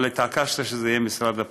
אבל התעקשת שזה יהיה משרד הפנים,